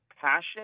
passion